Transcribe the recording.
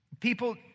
People